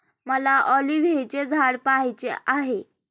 मला ऑलिव्हचे झाड पहायचे आहे